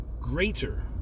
greater